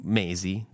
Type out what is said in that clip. mesi